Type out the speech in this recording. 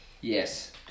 Yes